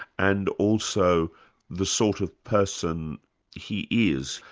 and also the sort of person he is.